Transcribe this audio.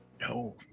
No